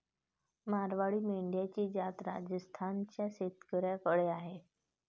मारवाडी मेंढ्यांची जात राजस्थान च्या शेतकऱ्याकडे आहे